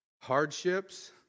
hardships